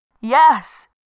Yes